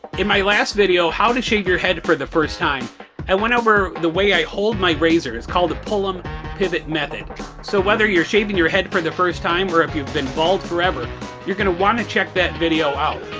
in my last video how to shave your head for the first time i went over the way i hold my razor. it's called a pullum pivot method so whether you're shaving your head for the first time or if you've been bald forever you're gonna want to check that video out.